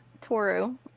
Toru